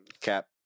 Cap